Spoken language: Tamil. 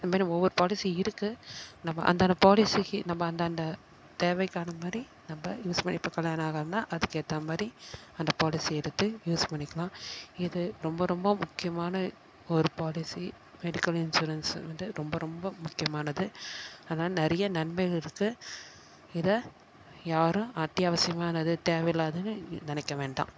அந்தமாதிரி ஒவ்வொரு பாலிசி இருக்குது நம்ம அந்தந்த பாலிசிக்கு நம்ம அந்தந்த தேவைக்கானமாதிரி நம்ம யூஸ் பண்ணி இப்போ கல்யாணம் ஆகலைன்னா அதுக்கேற்றமாரி அந்த பாலிசி எடுத்து யூஸ் பண்ணிக்கலாம் இது ரொம்ப ரொம்ப முக்கியமான ஒரு பாலிசி மெடிக்கல் இன்சூரன்ஸ் வந்துட்டு ரொம்ப ரொம்ப முக்கியமானது அதனால் நிறையா நன்மையும் இருக்குது இதை யாரும் அத்தியாவசியமானது தேவையில்லாதுன்னு நினைக்க வேண்டாம்